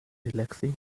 relaxing